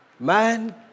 Man